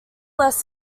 less